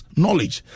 knowledge